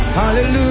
Hallelujah